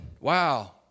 Wow